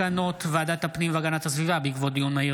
על מסקנות ועדת הכספים בעקבות דיון מהיר